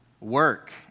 work